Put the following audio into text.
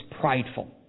prideful